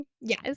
Yes